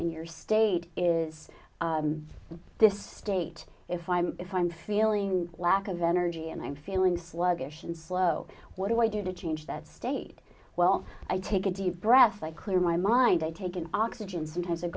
and your state is this state if i'm if i'm feeling lack of energy and i'm feeling sluggish and slow what do i do to change that state well i take a deep breath i clear my mind i take in oxygen sometimes i